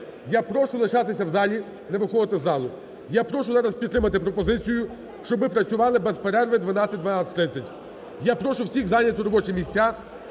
Я прошу лишатися в залі, не виходити з залу. Я прошу зараз підтримати пропозицію, щоб ми працювали без перерви 12.00-12:30. Я прошу всіх зайняти робочі місця.